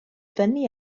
fyny